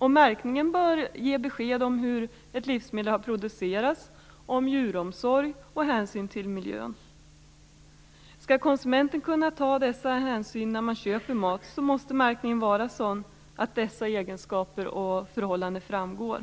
Märkningen bör ge besked om hur ett livsmedel har producerats, om djuromsorg och om hänsynen till miljön. Skall man som konsument kunna ta dessa hänsyn när man köper mat måste märkningen vara sådan att dessa egenskaper och förhållanden framgår.